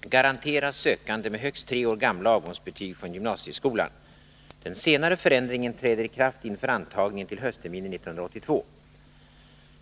garanteras sökande med högst tre år gamla avgångsbetyg från gymnasieskolan. Den senare förändringen träder i kraft inför antagningen till höstterminen 1982.